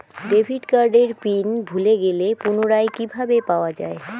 Debit কার্ডের pin ভুলে গেলে পুনরায় কিভাবে পাওয়া য়ায়?